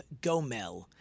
Gomel